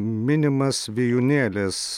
minimas vijūnėlės